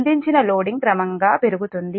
అందించిన లోడింగ్ క్రమంగా పెరుగుతుంది